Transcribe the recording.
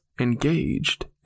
engaged